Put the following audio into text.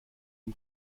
dem